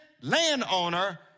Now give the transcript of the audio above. landowner